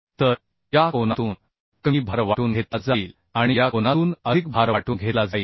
तर या कोनातून कमी भार वाटून घेतला जाईल आणि या कोनातून अधिक भार वाटून घेतला जाईल